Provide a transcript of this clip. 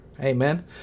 Amen